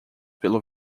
pelo